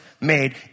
made